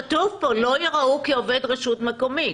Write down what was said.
כתוב פה: לא יראו כעובד רשות מקומית.